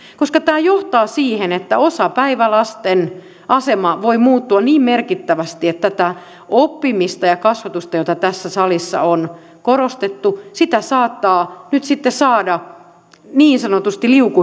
koska tämä johtaa siihen että osapäivälasten asema voi muuttua niin merkittävästi että tätä oppimista ja kasvatusta jota tässä salissa on korostettu saattaa sitten saada niin sanotusti liukuhihnalta